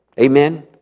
Amen